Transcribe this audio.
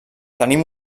tenim